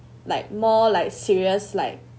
like more like serious like